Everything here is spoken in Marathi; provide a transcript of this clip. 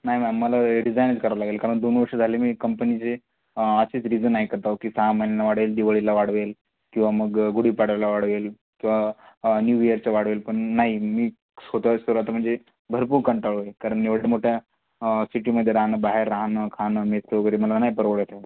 नाही मॅम मला हे डिझाईनच करावं लागेल कारण दोन वर्षं झाले मी कंपनीचे असेच रिझन ऐकत आहो की सहा महिनं वाढेल दिवाळीला वाढवेल किंवा मग गुढी पाडव्याला वाढवेल किंवा न्यू इयरचं वाढवेल पण नाही मी स्वतःच तर आता म्हणजे भरपूर कंटाळलो आहे कारण एवढ्या मोठ्या सिटीमध्ये राहाणं बाहेर राहाणं खाणं मेसचं वगैरे मला नाही परवडत आहे